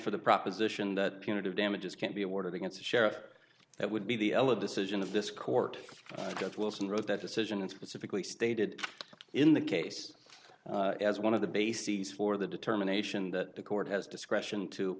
for the proposition that punitive damages can be awarded against sheriff that would be the ela decision of this court judge wilson wrote that decision and specifically stated in the case as one of the bases for the determination that the court has discretion to